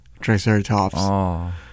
Triceratops